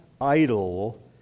idol